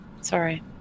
sorry